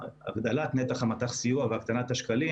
הגדלת נתח מט"ח הסיוע והקטנת השקלים.